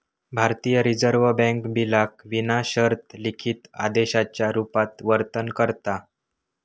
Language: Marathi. भारतीय रिजर्व बॅन्क बिलाक विना शर्त लिखित आदेशाच्या रुपात वर्णन करता